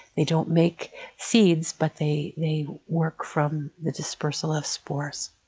they don't make seeds, but they they work from the dispersal of spores.